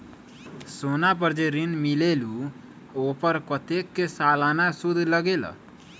सोना पर जे ऋन मिलेलु ओपर कतेक के सालाना सुद लगेल?